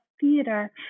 theater